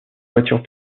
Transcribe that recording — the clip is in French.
voitures